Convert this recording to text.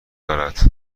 دارد